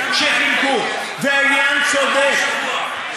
והעניין צודק.